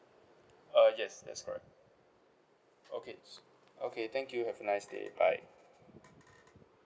uh yes that's correct okay s~ okay thank you have a nice day bye